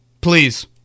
Please